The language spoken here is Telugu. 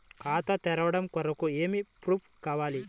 ఖాతా తెరవడం కొరకు ఏమి ప్రూఫ్లు కావాలి?